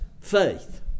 faith